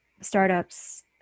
startups